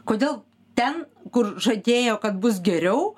kodėl ten kur žadėjo kad bus geriau